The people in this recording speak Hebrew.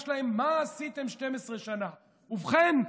יש להם "מה עשיתם 12 שנה?" ובכן,